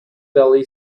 deli